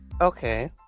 Okay